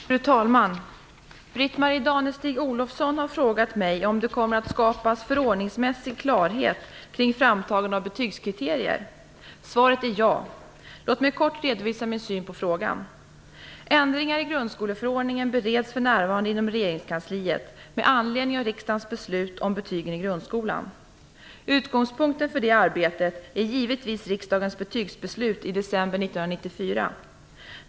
Fru talman! Britt-Marie Danestig-Olofsson har frågat mig om det kommer att skapas förordningsmässig klarhet kring framtagandet av betygskriterier. Svaret är ja. Låt mig kort redovisa min syn på frågan. Ändringar i grundskoleförordningen bereds för närvarande inom regeringskansliet med anledning av riksdagens beslut om betygen i grundskolan. Utgångspunkten för det arbetet är givetvis riksdagens betygsbeslut i december 1994.